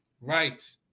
right